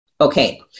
Okay